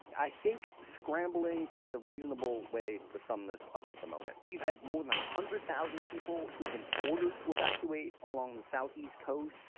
i think scrambling is a reasonable way to sum this up at the moment. you've had more than one hundred thousand people who have been ordered to evacuate along the southeast coast.